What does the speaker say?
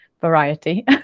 variety